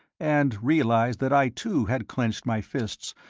and realized that i, too, had clenched my fists,